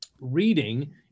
Reading